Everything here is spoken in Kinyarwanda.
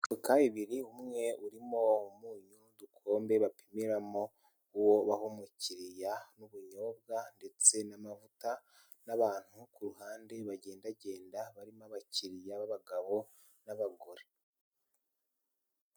Imifuka ibiri umwe urimo umunyu w'udukombe bapimiramo uwo baha umukiriya, n'ubunyobwa ndetse n'amavuta, n'abantu ku ruhande bagendagenda barimo abakiriya b'abagabo n'abagore.